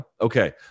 Okay